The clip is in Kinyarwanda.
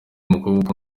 umukobwa